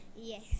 Yes